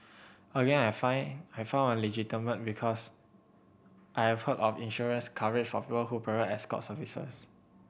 again I find I found it legitimate because I have heard of insurance coverage for who provide escort services